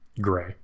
gray